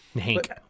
Hank